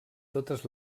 totes